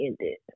ended